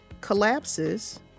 collapses